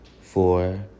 four